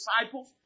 disciples